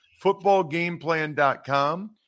Footballgameplan.com